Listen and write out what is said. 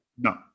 No